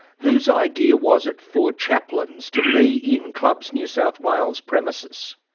whose idea was it for chaplains to be in clubs new south wales premises?